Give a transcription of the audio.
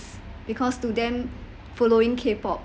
because to them following K pop